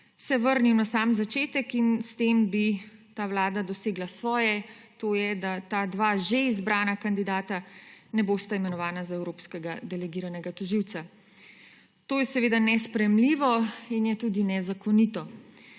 se vrnil na sam začetek in s tem bi ta vlada dosegla svoje; to je, da ta dva že izbrana kandidata ne bosta imenovana za evropskega delegiranega tožilca. To je seveda nesprejemljivo in je tudi nezakonito.